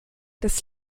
das